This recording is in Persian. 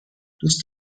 دوست